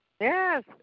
Yes